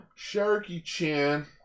Sharky-chan